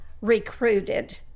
recruited